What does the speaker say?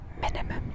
Minimum